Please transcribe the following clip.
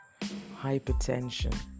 Hypertension